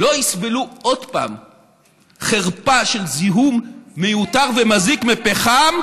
לא יסבלו עוד פעם חרפה של זיהום מיותר ומזיק מפחם,